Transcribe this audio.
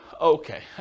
Okay